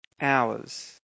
hours